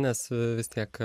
nes vis tiek